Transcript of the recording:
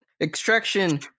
Extraction